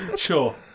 Sure